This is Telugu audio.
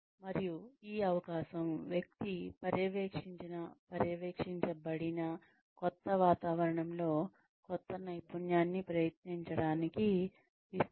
మరియు ఈ అవకాశం వ్యక్తి పర్యవేక్షించిన పర్యవేక్షించబడిన కొత్త వాతావరణంలో కొత్త నైపుణ్యాన్ని ప్రయత్నించడానికి ఇస్తుంది